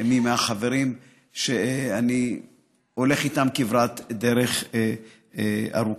מי מהחברים שאני הולך איתם כברת דרך ארוכה.